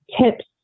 tips